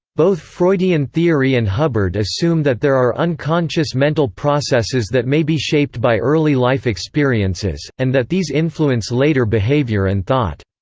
both freudian theory and hubbard assume that there are unconscious mental processes that may be shaped by early life experiences, and that these influence later behavior and thought.